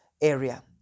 area